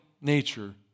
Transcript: nature